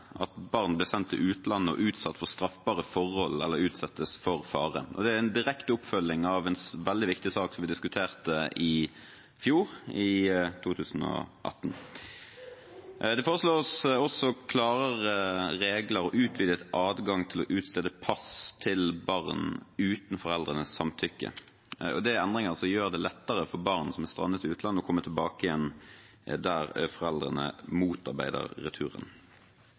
at barn blir sendt til utlandet og utsatt for straffbare forhold eller for fare. Det er en direkte oppfølging av en veldig viktig sak som vi diskuterte i fjor, i 2018. Det foreslås også klarere regler og utvidet adgang til å utstede pass til barn uten foreldrenes samtykke. Det er endringer som gjør det lettere for barn som er strandet i utlandet, å komme tilbake igjen der foreldrene motarbeider returen.